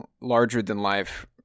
larger-than-life